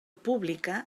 pública